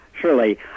Surely